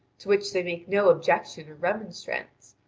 to which they make no objection or remonstrance,